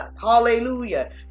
hallelujah